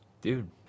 Dude